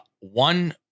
One